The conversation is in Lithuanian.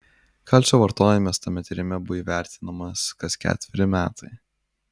kalcio vartojimas tame tyrime buvo įvertinamas kas ketveri metai